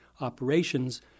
operations